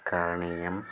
कारणीयं